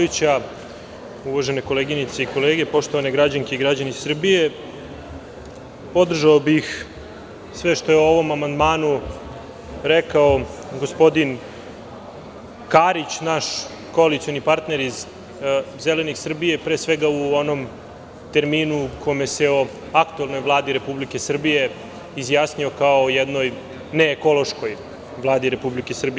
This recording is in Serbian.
Uvažene koleginice i kolege, poštovane građanke i građani Srbije, podržao bih sve što je o ovom amandmanu rekao gospodin Karić, naš koalicioni partner iz „Zelenih Srbije“, pre svega u onom terminu kojim se o aktuelnoj Vladi Republike Srbije izjasnio kao o jednoj neekološkoj Vladi Republike Srbije.